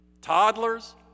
toddlers